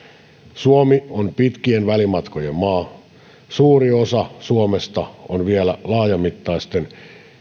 suomi on pitkien välimatkojen maa suuri osa suomesta on vielä laajamittaisen